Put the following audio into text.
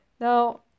Now